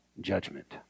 judgment